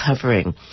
covering